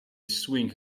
swing